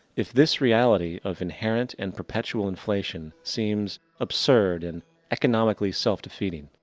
if this reality of inherent and perpetual inflation seems absurd and economically self defeating.